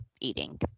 eating